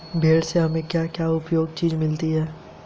भेड़ से हमें क्या क्या उपयोगी चीजें मिलती हैं?